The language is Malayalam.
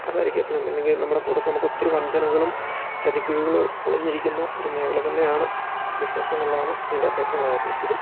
അതായിരിക്കും എപ്പോഴും അല്ലെങ്കിൽ നമ്മുടെ കൂടെ നമുക്കൊത്തിരി വഞ്ചനകളും ചതിക്കുഴികളും ഒളിഞ്ഞിരിക്കുന്ന ഒരു മേഖല തന്നെയാണ് ബിസ്നസ്ന് എന്നുള്ളതാണ് അതിൻ്റകത്തേറ്റവും നല്ല കാര്യം എപ്പോഴും